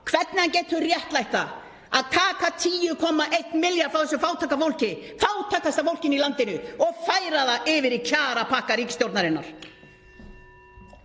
hvernig hann getur réttlætt það að taka 10,1 milljarð frá þessu fátæku fólki, fátækasta fólkinu í landinu, og færa það yfir í kjarapakka ríkisstjórnarinnar.